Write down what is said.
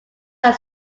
are